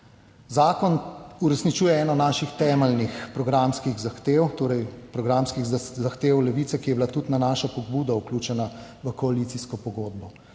Zakon uresničuje eno naših temeljnih programskih zahtev, torej programskih zahtev Levice, ki je bila tudi na našo pobudo vključena v koalicijsko pogodbo,